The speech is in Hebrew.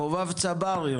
חובב צברי,